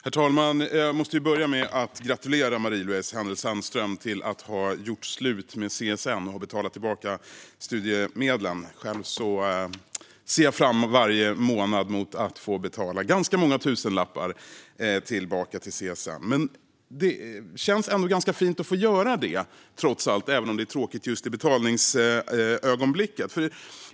Fru talman! Jag måste börja med att gratulera Marie-Louise Hänel Sandström till att ha gjort slut med CSN och ha betalat tillbaka studiemedlen. Själv ser jag varje månad fram emot att få betala tillbaka ganska många tusenlappar till CSN. Det känns trots allt ganska fint att få göra det, även om det är tråkigt just i betalningsögonblicket.